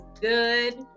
good